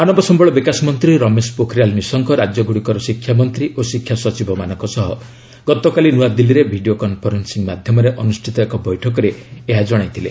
ମାନବ ସମ୍ବଳ ବିକାଶ ମନ୍ତ୍ରୀ ରମେଶ ପୋଖରିଆଲ୍ ନିଶଙ୍କ ରାଜ୍ୟଗୁଡ଼ିକର ଶିକ୍ଷା ମନ୍ତ୍ରୀ ଓ ଶିକ୍ଷା ସଚିବମାନଙ୍କ ସହ ଗତକାଲି ନୂଆଦିଲ୍ଲୀରେ ଭିଡିଓ କନ୍ଫରେନ୍ସିଂ ମାଧ୍ୟମରେ ଅନୁଷ୍ଠିତ ଏକ ବୈଠକରେ ଏହା ଜଣାଇଥିଲେ